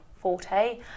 forte